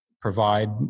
provide